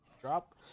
drop